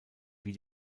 wie